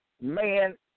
Man